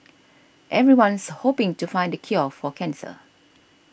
everyone's hoping to find the cure for cancer